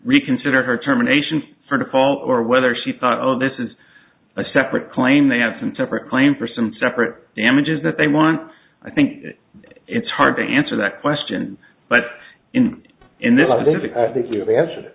reconsider her terminations for the fall or whether she thought oh this is a separate claim they have some temporary claim for some separate damages that they want i think it's hard to answer that question but in this i basically i think you have answer